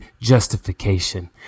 justification